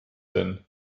denn